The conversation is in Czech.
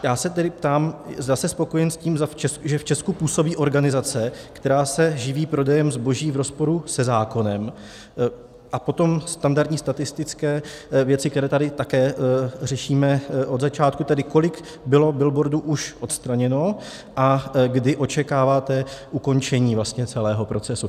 Já se tedy ptám, zda jste spokojen s tím, že v Česku působí organizace, která se živí prodejem zboží v rozporu se zákonem, a potom standardní statistické věci, které tady také řešíme od začátku, tedy kolik bylo billboardů už odstraněno a kdy očekáváte ukončení celého procesu.